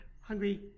Hungry